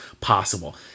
possible